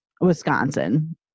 Wisconsin